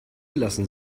lassen